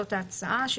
זאת ההצעה,